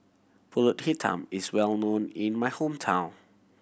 Pulut Hitam is well known in my hometown